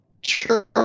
sure